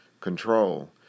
control